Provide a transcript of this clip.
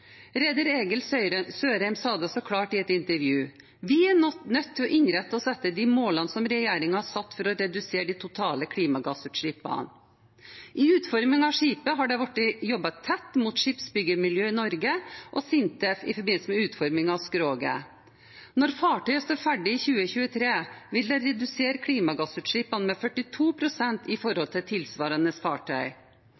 Reder Egil Sørheim sa det så klart i et intervju, at vi er nødt til å innrette oss etter de målene som regjeringen har satt for å redusere de totale klimagassutslippene. I utformingen av skipet har det blitt jobbet tett mot skipsbyggermiljø i Norge og SINTEF i forbindelse med utforming av skroget. Når fartøyet står ferdig i 2023, vil det redusere klimagassutslippene med 42 pst. i